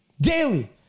Daily